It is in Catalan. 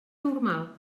normal